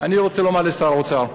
אני רוצה לומר לשר האוצר: